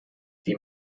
die